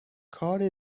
کار